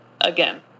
again